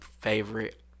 favorite